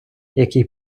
який